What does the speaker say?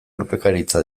urpekaritza